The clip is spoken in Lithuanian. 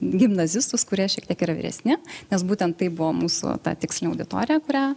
gimnazistus kurie šiek tiek yra vyresni nes būtent tai buvo mūsų ta tikslinė auditorija kurią